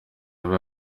yaba